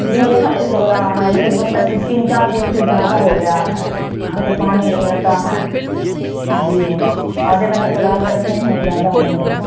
جی ایک ہفتے سے ہو رہا ہے یہ مطلب تین چار دن سے زیادہ ہو گیا ہے آنکھ سے پانی گرنے لگتا ہے جی آدھے گھنٹہ پڑھائی کرتے ہیں زیادہ ہونے لگتا ہے